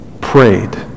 prayed